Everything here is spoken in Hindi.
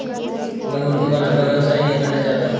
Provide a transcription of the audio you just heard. मैं मुर्गी पालन का व्यवसाय नहीं करना चाहता हूँ